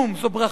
זו ברכה,